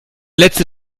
letzte